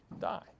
die